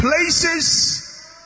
places